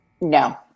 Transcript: No